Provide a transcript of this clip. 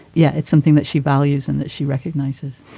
yeah, it's something that she values and that she recognizes.